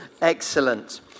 Excellent